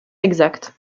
exacte